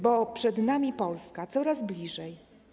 Bo przed nami Polska - coraz bliżej!